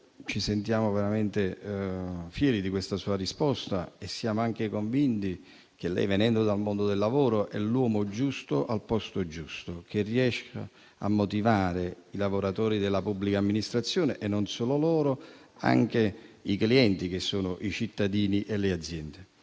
ci sentiamo veramente fieri di questa sua risposta e siamo anche convinti che, venendo lei dal mondo del lavoro, è l'uomo giusto al posto giusto, che riesce a motivare i lavoratori della pubblica amministrazione e non solo loro, anche i clienti, che sono i cittadini e le aziende.